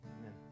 amen